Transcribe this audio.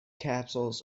capsules